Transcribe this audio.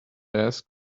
asked